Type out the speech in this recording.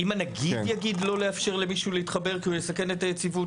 אם הנגיד יגיד לא לאפשר למישהו להתחבר כי הוא יסכן את היציבות,